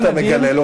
למה אתה מגלה לו?